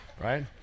Right